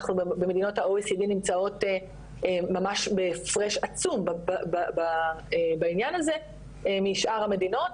אנחנו במדינות ה-OECD נמצאות ממש בהפרש עצום בעניין הזה משאר המדינות.